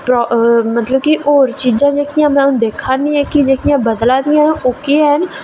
ते मतलब होर चीजां जेह्कियां अऊं दिक्खै करनी आं के कोह्कियां बदला दियां न ते ओह् केह् हैन